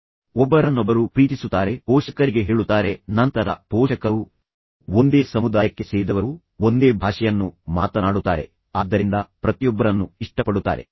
ಆದ್ದರಿಂದ ಅವರು ಒಬ್ಬರನ್ನೊಬ್ಬರು ಪ್ರೀತಿಸುತ್ತಾರೆ ಅವರು ಪೋಷಕರಿಗೆ ಹೇಳುತ್ತಾರೆ ಮತ್ತು ನಂತರ ಪೋಷಕರು ಒಂದೇ ಸಮುದಾಯಕ್ಕೆ ಸೇರಿದವರು ಅವರು ಒಂದೇ ಭಾಷೆಯನ್ನು ಮಾತನಾಡುತ್ತಾರೆ ಆದ್ದರಿಂದ ಅವರು ಪ್ರತಿಯೊಬ್ಬರನ್ನು ಇಷ್ಟಪಡುತ್ತಾರೆ